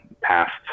past